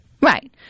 right